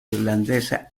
irlandesa